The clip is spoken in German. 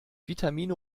vitamine